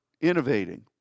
innovating